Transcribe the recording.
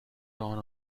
town